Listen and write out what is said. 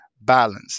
balance